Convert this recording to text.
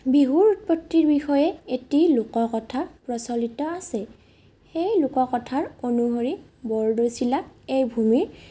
বিহুৰ উৎপত্তিৰ বিষয়ে এটি লোককথা প্ৰচলিত আছে সেই লোককথাৰ অনুসৰি বৰদৈচিলাক এই ভূমিৰ